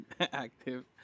active